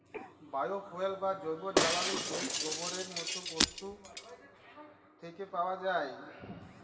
bio fuel বা জৈব জ্বালালী যেট গোবরের মত বস্তু থ্যাকে পাউয়া যায়